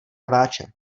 rváče